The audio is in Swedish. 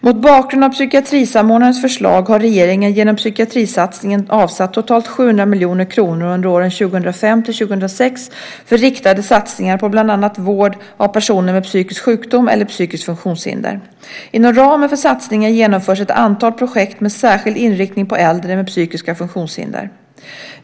Mot bakgrund av psykiatrisamordnarens förslag har regeringen genom psykiatrisatsningen avsatt totalt 700 miljoner kronor under åren 2005-2006 för riktade satsningar på bland annat vård av personer med psykisk sjukdom eller psykiskt funktionshinder. Inom ramen för satsningen genomförs ett antal projekt med särskild inriktning på äldre med psykiska funktionshinder.